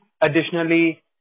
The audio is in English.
additionally